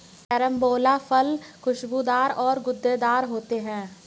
carambola फल खुशबूदार और गूदेदार होते है